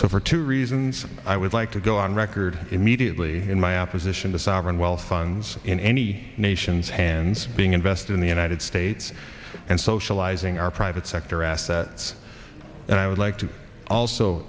so for two reasons i would like to go on record immediately in my opposition to sovereign wealth funds in any nation's hands being invested in the united states and socializing our private sector assets and i would like to also